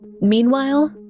Meanwhile